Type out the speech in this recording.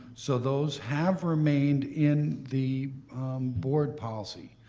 so those have remained in the board policy.